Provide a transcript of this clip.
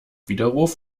widerruf